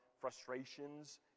frustrations